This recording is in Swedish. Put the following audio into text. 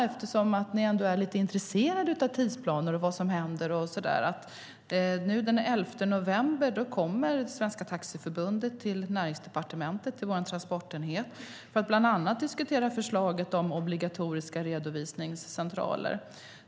Eftersom ni ändå är lite intresserade av tidsplaner och vad som händer tänkte jag bara nämna att Svenska Taxiförbundet kommer till transportenheten på Näringsdepartementet den 11 november för att bland annat diskutera förslaget om obligatoriska redovisningscentraler.